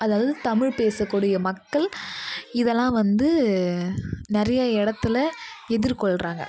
அதாவது தமிழ் பேச கூடிய மக்கள் இதெல்லாம் வந்து நிறையா இடத்துல எதிர்கொள்கிறாங்க